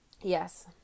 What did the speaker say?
Yes